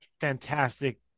fantastic